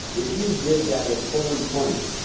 if you did that at full employment,